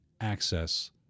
access